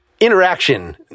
interaction